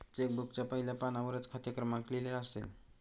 check बुकच्या पहिल्या पानावरच खाते क्रमांक लिहिलेला असेल